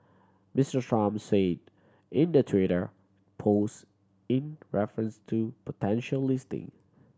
Mister Trump said in the Twitter post in reference to potential listing